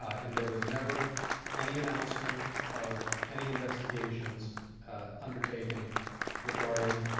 and there was never any announcement of any investigation undertaken regarding